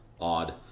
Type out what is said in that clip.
odd